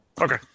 Okay